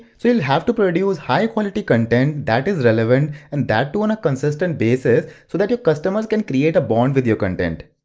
so you have to produce high quality content that is relevant, and that too on a consistent basis so that your customers can create a bond with your content.